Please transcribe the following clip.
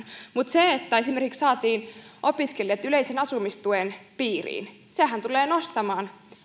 esimerkiksi se että saatiin opiskelijat yleisen asumistuen piiriin mikä tulee nostamaan